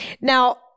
Now